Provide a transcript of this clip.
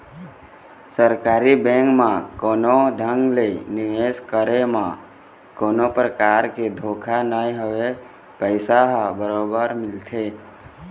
सरकारी बेंक म कोनो ढंग ले निवेश करे म कोनो परकार के धोखा नइ होवय पइसा ह बरोबर मिलथे